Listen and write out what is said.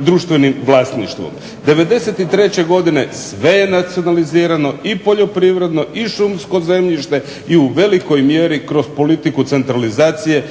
društvenim vlasništvom. '93. godine sve je nacionalizirano, i poljoprivredno i šumsko zemljište i u velikoj mjeri kroz politiku centralizacije